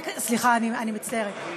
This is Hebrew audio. אני מצטערת,